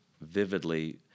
vividly